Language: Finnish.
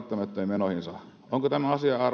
menoihinsa onko tämä asia arvoisa hallitus teidän agendalla